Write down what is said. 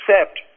accept